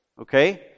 okay